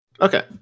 Okay